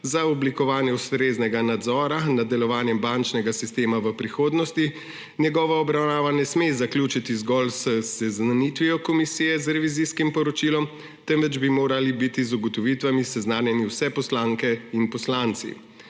za oblikovanje ustreznega nadzora nad delovanjem bančnega sistema v prihodnosti njegova obravnava ne sme zaključiti zgolj s seznanitvijo komisije z revizijskim poročilom, temveč bi morali biti z ugotovitvami seznanjeni vse poslanke in poslanci.